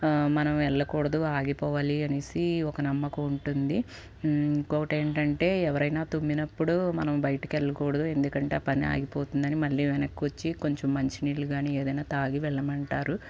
మనం వెళ్ళకూడదు ఆగిపోవాలి అనేసి ఒక నమ్మకం ఉంటుంది ఇంకోటి ఏంటంటే ఎవరైనా తుమ్మినప్పుడు మనం బయటకి వెళ్ళకూడదు ఎందుకంటే ఆ పని ఆగిపోతుంది అని మళ్ళి వెనక్కి వచ్చి కొంచెం మంచినీళ్ళు కానీ ఏదైనా తాగి వెళ్ళమంటారు